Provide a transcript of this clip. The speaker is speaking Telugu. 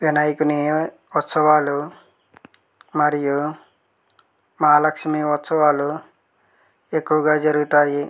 వినాయకుని ఉత్సవాలు మరియు మహాలక్ష్మి ఉత్సవాలు ఎక్కువగా జరుగుతాయి